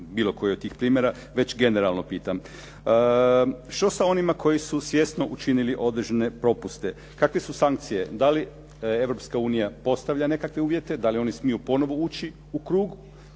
Što sa onima koji su svjesno učinili određene propuste? Kakve su sankcije? Da li Europske unija postavlja nekakve uvjete? Da li oni smiju ponovo ući u krug